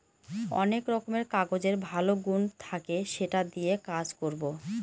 অনেক রকমের কাগজের ভালো গুন থাকে সেটা দিয়ে কাজ করবো